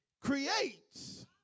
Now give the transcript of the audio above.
creates